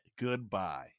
goodbye